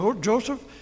Joseph